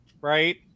right